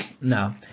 No